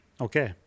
Okay